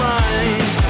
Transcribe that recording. mind